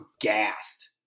gassed